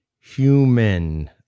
human